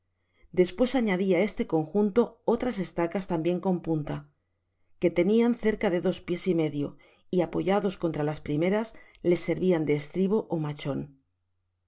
añadi á este conjunto otras estacas tambien con punta que tenian cerca de dos píes y medio y apo yados contra las primeras les servían de estribo ó machon